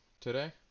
today